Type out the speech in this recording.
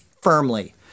firmly